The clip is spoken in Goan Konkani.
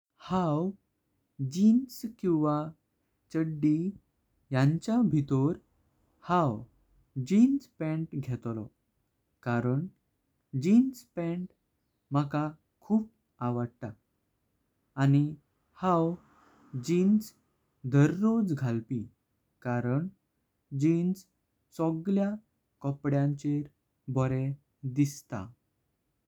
हांव जीन्स किवा चडी यांच्या भीतरे हांव जीन्स पॅंट घेतलो कारण जीन्स पॅंट माका खूप आवडता। आनी हांव जीन्स दररोज घालपी कारण जीन्स सगळ्या कोपड्यांचर बरे दिसता।